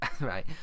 right